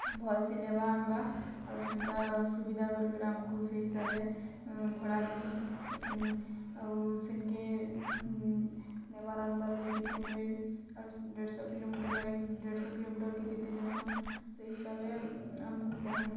ଭଲ୍ସେ ନେବା ଆନ୍ବା ଆର୍ ହେନ୍ତା ସୁବିଧା କରି କିରି ଆମ୍କୁ ସେ ହିସାବେ ଭଡ଼ା ଦଉନ୍ ଆଉ ସେନ୍କେ ନେବାର୍ ଆନ୍ବାର୍ ଲାଗି କେତେ ନେବେ ଆର୍ ଦେଢ଼୍ଶହ କିଲୋମିଟର ରାଇଡ଼୍ ଦେଢ଼୍ଶହ କିଲୋମିଟର୍କେ କେତେ ନଉସନ୍ ସେ ହିସାବେ ଆମ୍କୁ କହନ୍